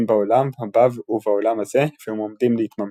בעולם הבא ובעולם הזה והם עומדים להתממש".